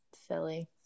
Silly